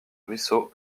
ruisseau